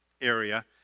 area